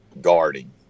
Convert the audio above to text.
guarding